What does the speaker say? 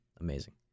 Amazing